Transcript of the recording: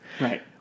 Right